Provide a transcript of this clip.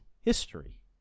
history